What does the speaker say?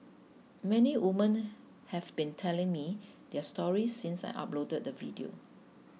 many woman have been telling me their stories since I uploaded the video